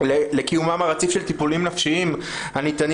קיומם הרציף של טיפולים נפשיים הניתנים